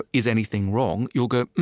is anything wrong? you'll go,